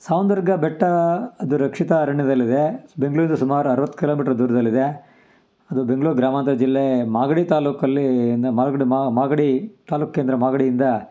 ಸಾವನ್ ದುರ್ಗ ಬೆಟ್ಟ ಅದು ರಕ್ಷಿತ ಅರಣ್ಯದಲ್ಲಿದೆ ಬೆಂಗಳೂರಿಂದ ಸುಮಾರು ಅರ್ವತ್ತು ಕಿಲೋಮೀಟ್ರ್ ದೂರದಲ್ಲಿದೆ ಅದು ಬೆಂಗ್ಳೂರು ಗ್ರಾಮಾಂತರ ಜಿಲ್ಲೆ ಮಾಗಡಿ ತಾಲ್ಲೂಕಲ್ಲಿನ ಮಾಗಡಿ ಮಾಗಡಿ ತಾಲ್ಲೂಕು ಕೇಂದ್ರ ಮಾಗಡಿಯಿಂದ